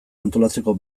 antolatzeko